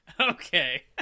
Okay